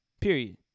Period